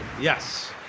Yes